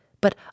But